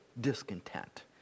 discontent